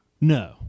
No